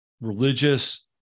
religious